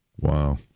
Wow